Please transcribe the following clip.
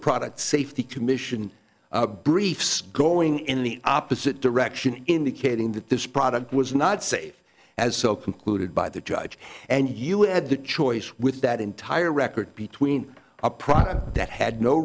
product safety commission briefs going in the opposite direction indicating that this product was not safe as so concluded by the judge and you had the choice with that entire record between a product that had no